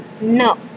No